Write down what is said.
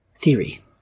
Theory